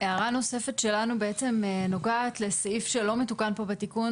הערה נוספת שלנו בעצם נוגעת לסעיף שלא מתוקן פה בתיקון.